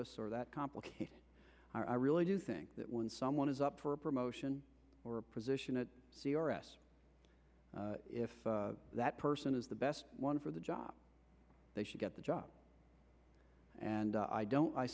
us or that complicated i really do think that when someone is up for a promotion or a position at c r s if that person is the best one for the job they should get the job and i don't i